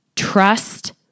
Trust